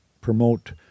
promote